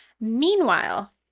Meanwhile